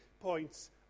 points